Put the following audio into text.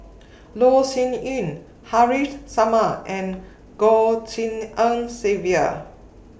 Loh Sin Yun Haresh Sharma and Goh Tshin En Sylvia